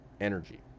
energy